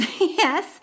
Yes